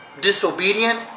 disobedient